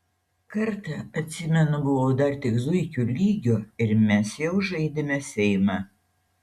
kartą atsimenu buvau dar tik zuikių lygio ir mes jau žaidėme seimą